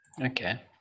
Okay